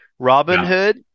Robinhood